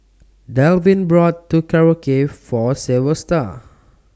Delvin bought Korokke For Silvester